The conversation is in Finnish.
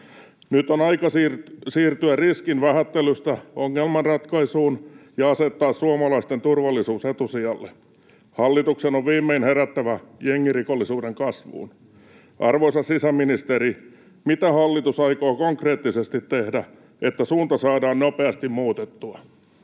Nyt on aika siirtyä riskin vähättelystä ongelmanratkaisuun ja asettaa suomalaisten turvallisuus etusijalle. Hallituksen on viimein herättävä jengirikollisuuden kasvuun. Arvoisa sisäministeri, mitä hallitus aikoo konkreettisesti tehdä, jotta suunta saadaan nopeasti muutettua?